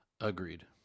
Agreed